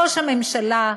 ראש הממשלה,